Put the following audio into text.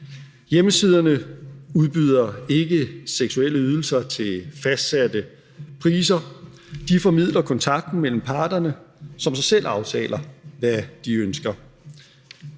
Hjemmesiderne udbyder ikke seksuelle ydelser til fastsætte priser. De formidler kontakten mellem parterne, som så selv aftaler, hvad de ønsker.